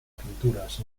pinturas